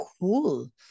cool